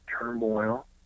turmoil